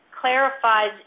clarifies